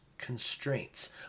constraints